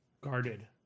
guarded